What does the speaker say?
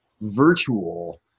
virtual